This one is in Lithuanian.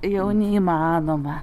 jau neįmanoma